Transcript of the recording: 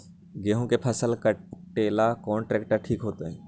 गेहूं के फसल कटेला कौन ट्रैक्टर ठीक होई?